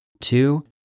two